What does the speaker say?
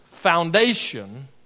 foundation